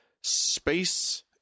space